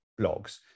blogs